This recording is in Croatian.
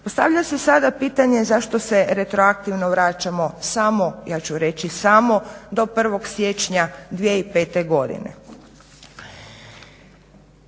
Postavlja se sada pitanje zašto se retroaktivno vraćamo samo, ja ću reći samo do 1. siječnja 2005. godine.